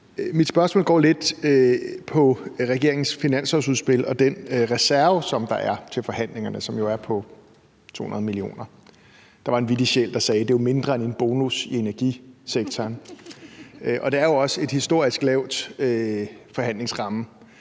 Mit spørgsmål går lidt på regeringens finanslovsudspil og den reserve, som der er til forhandlingerne, og som jo er på 200 mio. kr. Der var en vittig sjæl, der sagde, at det var mindre end en bonus i energisektoren. Og det er jo også en historisk lav forhandlingsramme